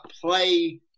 play